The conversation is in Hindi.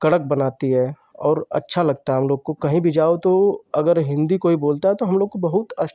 कड़क बनाती है और अच्छा लगता है हमलोग को कहीं भी जाओ तो अगर हिन्दी कोई बोलता है तो हमलोग को बहुत